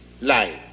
life